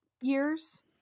years